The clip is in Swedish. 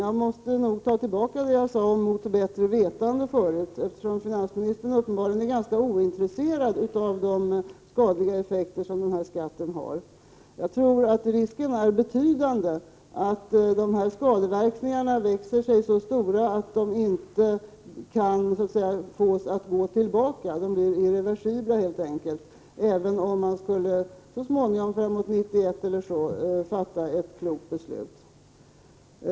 Jag måste nog ta tillbaka det jag sade om ”mot bättre vetande” förut, eftersom finansministern uppenbarligen är ganska ointresserad av de skadeeffekter som denna skatt får. Jag tror att risken är betydande och att de här skadeverkningarna växer sig så stora att de inte kan fås att gå tillbaka. De blir irreversibla helt enkelt, även om man så småningom, framemot 1991, skulle få ett klokt beslut.